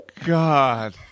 God